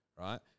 right